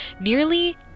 nearly